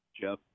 Jeff